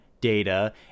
data